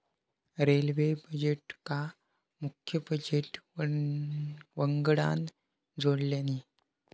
railway बजेटका मुख्य budget वंगडान जोडल्यानी